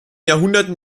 jahrhunderten